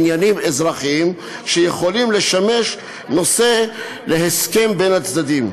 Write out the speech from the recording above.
בעניינים אזרחיים שיכולים לשמש נושא להסכם בין הצדדים.